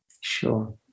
Sure